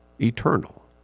eternal